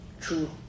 true